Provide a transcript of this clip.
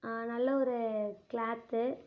ஆ நல்ல ஒரு க்ளாத்து